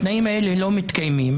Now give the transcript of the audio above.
התנאים האלה לא מתקיימים,